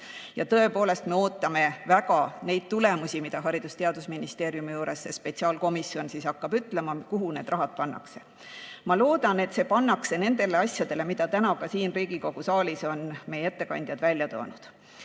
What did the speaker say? Ja tõepoolest, me ootame väga neid tulemusi, mida Haridus- ja Teadusministeeriumi juures spetsiaalkomisjon hakkab ütlema, kuhu need rahad pannakse. Ma loodan, et see pannakse nendele asjadele, mida täna ka siin Riigikogu saalis on meie ettekandjad välja toonud. Olen